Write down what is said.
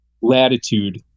latitude